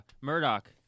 Murdoch